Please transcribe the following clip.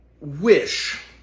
wish